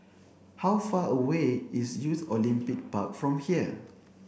how far away is Youth Olympic Park from here